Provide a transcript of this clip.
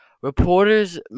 Reporters